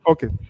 Okay